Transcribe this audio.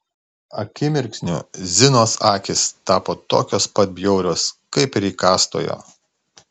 akimirksniu zinos akys tapo tokios pat bjaurios kaip ir įkąstojo